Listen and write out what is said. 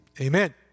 Amen